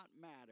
matter